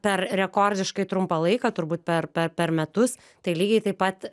per rekordiškai trumpą laiką turbūt per per per metus tai lygiai taip pat